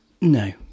No